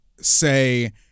say